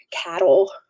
cattle